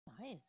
Nice